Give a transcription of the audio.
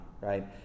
right